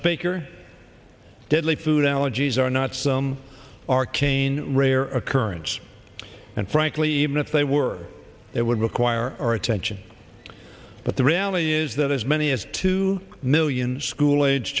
speaker deadly food allergies are not some arcane rare occurrence and frankly even if they were it would require our attention but the reality is that as many as two million school age